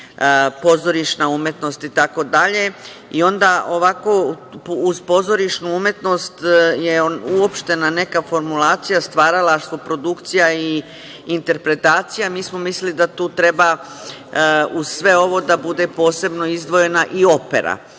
pozorišna umetnost itd. i onda uz pozorišnu umetnost je uopštena neka formulacija, stvaralaštvo, produkcija i interpretacija. Mi smo mislili da tu treba uz sve ovo da bude posebno izdvojena i opera.E,